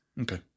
Okay